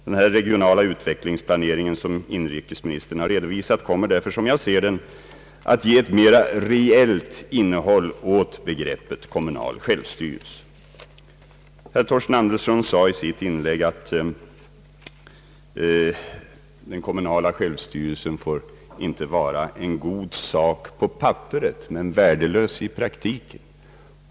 Den regionala utvecklingsplanering som inrikesministern har redovisat kommer därför, som jag ser den, att ge ett mera reellt innehåll åt begreppet kommunal självstyrelse. Herr Torsten Andersson sade i sitt inlägg att den kommunala självstyrelsen inte får vara »en god sak på papperet men värdelös i praktiken».